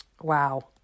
wow